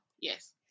Yes